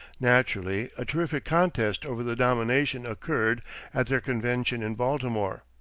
naturally, a terrific contest over the nomination occurred at their convention in baltimore.